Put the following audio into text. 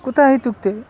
कुतः इत्युक्ते